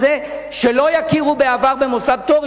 על זה שלא יכירו בעבר כמוסד פטור,